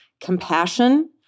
compassion